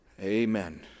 amen